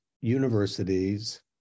universities